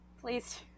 Please